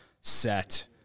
set